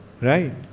Right